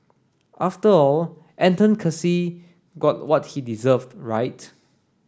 after all Anton Casey got what he deserved right